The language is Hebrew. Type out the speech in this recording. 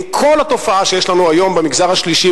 עם כל התופעה שיש לנו היום במגזר השלישי,